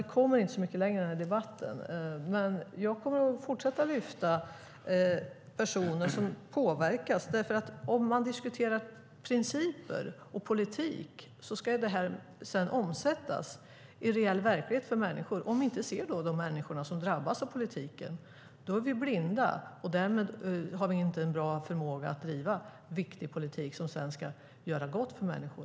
Vi kommer inte så mycket längre i den här debatten, men jag kommer att fortsätta att lyfta upp personer som påverkas. Man kan diskutera principer och politik, men det ska sedan omsättas i reell verklighet för människor. Om vi inte ser de människor som drabbas av politiken är vi blinda, och därmed har vi inte förmågan att driva viktig politik som ska göra gott för människor.